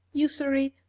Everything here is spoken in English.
usury,